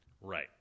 Right